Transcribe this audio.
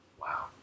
wow